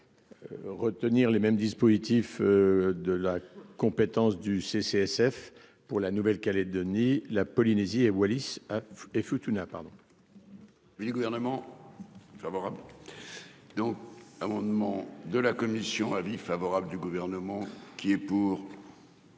Retenir les mêmes dispositifs. De la compétence du CCSF pour la Nouvelle-Calédonie, la Polynésie et à